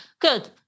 good